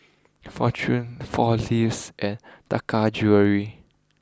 Fortune four Leaves and Taka Jewelry